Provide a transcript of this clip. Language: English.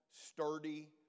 sturdy